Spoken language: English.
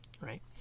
Right